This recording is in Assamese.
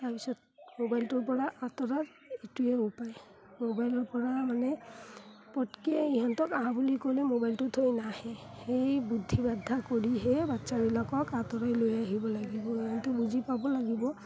তাৰপিছত মোবাইলটোৰ পৰা আঁতৰাৰ এইটোৱে উপায় মোবাইলৰ পৰা মানে পতকৈ ইহঁতক আহা বুলি ক'লে মোবাইলটো থৈ নাহে সেই বুদ্ধি বাদ্ধা কৰিহে বাচ্ছাবিলাকক আঁতৰাই লৈ আহিব লাগিব সিহঁতে বুজি পাব লাগিব